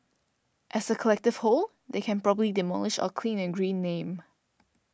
as a collective whole they can probably demolish our clean and green name